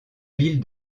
ville